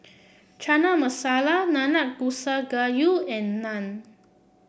Chana Masala Nanakusa Gayu and Naan